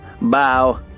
Bow